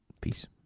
Peace